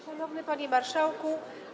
Szanowny Panie Marszałku!